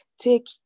Take